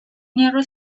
narrow